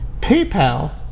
PayPal